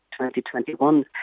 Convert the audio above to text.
2021